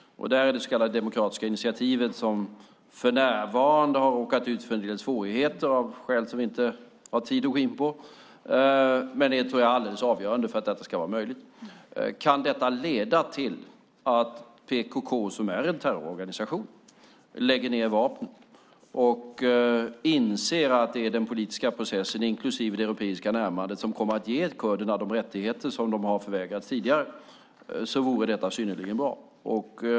Där är det så kallade demokratiska initiativet som för närvarande har råkat ut för en del svårigheter av skäl som vi inte har tid att gå in på. Men det tror jag är alldeles avgörande för att detta ska vara möjligt. Kan detta leda till att PKK som är en terrororganisation lägger ned vapnen och inser att det är den politiska processen, inklusive det europeiska närmandet, som kommer att ge kurderna de rättigheter som de har förvägrats tidigare vore det synnerligen bra.